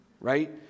right